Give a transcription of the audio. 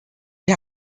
wir